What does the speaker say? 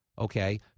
okay